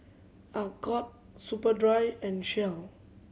Alcott Superdry and Shell